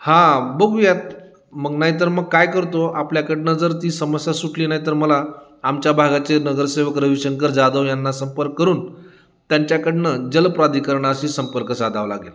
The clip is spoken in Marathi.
हां बघूयात मग नाहीतर मग काय करतो आपल्याकडनं जर ती समस्या सुटली नाही तर मला आमच्या भागाचे नगरसेवक रविशंकर जाधव ह्यांना संपर्क करून त्यांच्याकडून जलप्राधिकरणाशी संपर्क साधावं लागेल